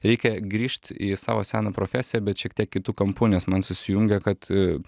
reikia grįžt į savo seną profesiją bet šiek tiek kitu kampu nes man susijungia kad